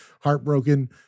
heartbroken